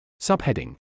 Subheading